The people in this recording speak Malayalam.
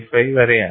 55 വരെയാണ്